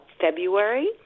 February